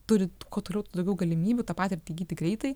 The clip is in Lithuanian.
turi kuo toliau tuo daugiau galimybių tą patirtį įgyti greitai